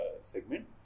segment